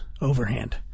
overhand